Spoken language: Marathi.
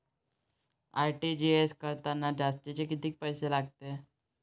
आर.टी.जी.एस करतांनी जास्तचे कितीक पैसे लागते?